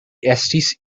estis